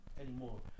anymore